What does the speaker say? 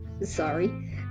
sorry